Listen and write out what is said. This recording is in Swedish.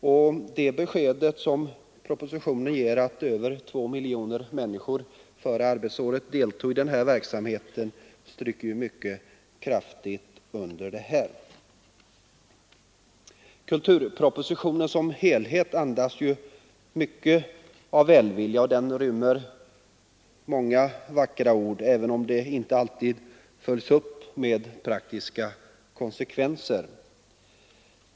Den uppgift som lämnas i propositionen att över två miljoner människor förra arbetsåret deltog i denna verksamhet stryker ju också kraftigt under detta. Kulturpropositionen som helhet andas mycket av välvilja och rymmer många vackra ord, även om de inte alltid följs upp av praktiska åtgärder.